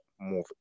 move